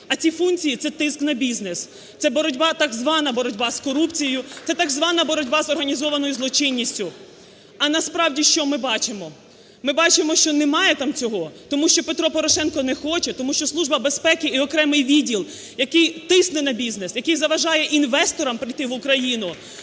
а ці функції – це тиск на бізнес, це боротьба, так звана боротьба з корупцією, це так звана боротьба з організованою злочинністю. А насправді що ми бачимо? Ми бачимо, що немає там цього, тому що Петро Порошенко не хоче, тому що Служба безпеки і окремий відділ, який тисне на бізнес, який заважає інвесторам прийти в Україну,